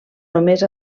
només